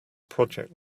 project